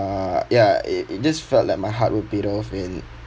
uh ya it it just felt like my heart would beat off and